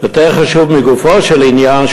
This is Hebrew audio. יותר חשוב מגופו של עניין,